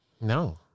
No